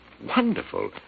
Wonderful